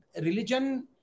religion